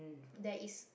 there is